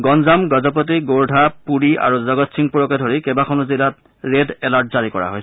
গঞ্জাম গজপতি খোৰ্ধা পুৰী আৰু জগৎসিংপুৰকে ধৰি কেইবাখনো জিলাত ৰেড এলাৰ্ট জাৰি কৰা হৈছে